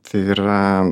tai yra